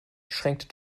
schränkte